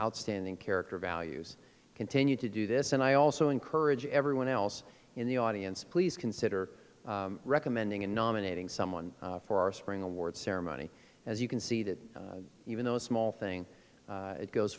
outstanding character values continue to do this and i also encourage everyone else in the audience please consider recommending and nominating someone for our spring award ceremony as you can see that even though a small thing it goes